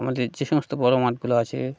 আমাদের যে সমস্ত বড়ো মাঠগুলো আছে